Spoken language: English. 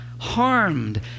Harmed